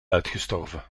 uitgestorven